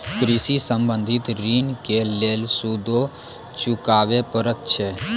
कृषि संबंधी ॠण के लेल सूदो चुकावे पड़त छै?